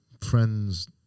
friend's